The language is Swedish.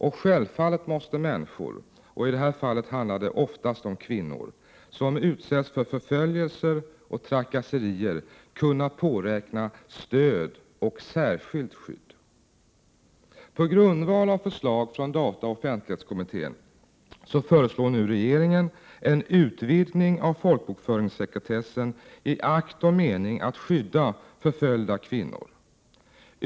Och självfallet måste människor — i det här fallet handlar det oftast om kvinnor, som utsätts för förföljelser och trakasserier — kunna påräkna stöd och särskilt skydd. På grundval av förslag från dataoch offentlighetskommittén föreslår nu regeringen en utvidgning av folkbokföringssekretessen för att i akt och mening skydda förföljda kvinnor.